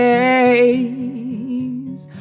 days